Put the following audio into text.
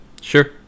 Sure